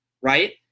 Right